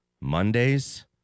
Mondays